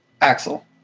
Axel